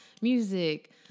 music